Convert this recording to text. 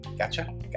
Gotcha